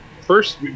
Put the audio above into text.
first